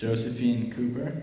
josephine cooper